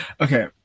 Okay